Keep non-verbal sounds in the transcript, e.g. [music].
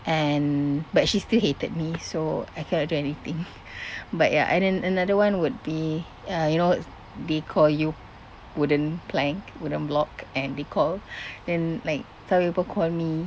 and but she's still hated me so I cannot do anything [laughs] but ya and then another one would be uh you know they call you wooden plank wooden block and they called then like some people call me